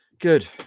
Good